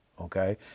Okay